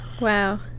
Wow